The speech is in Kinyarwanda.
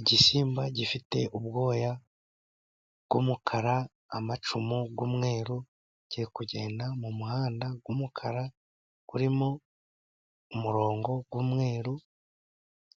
Igisimba gifite ubwoya bw'umukara, amacumu y'umweru, kiri kugenda m'umuhanda w'umukara urimo umurongo w'umweru.